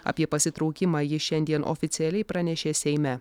apie pasitraukimą jis šiandien oficialiai pranešė seime